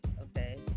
Okay